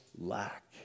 lack